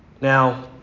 Now